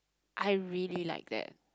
I really like that